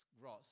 gross